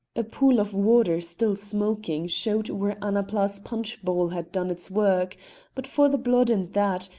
a pool of water still smoking showed where annapla's punch-bowl had done its work but for the blood and that,